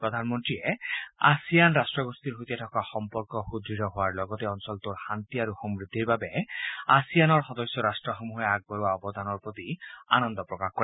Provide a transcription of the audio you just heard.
প্ৰধানমন্ত্ৰীয়ে আচিয়ান ৰাট্টগোষ্ঠী সৈতে থকা সম্পৰ্ক সুদ্ঢ় হোৱাৰ লগতে অঞ্চলটোৰ শাস্তি আৰু সমবৃদ্ধিৰ বাবে আছিয়ানৰ ৰাট্টসমূহে আগবঢ়োৱা অৱদানৰ প্ৰতি আনন্দ প্ৰকাশ কৰে